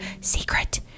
secret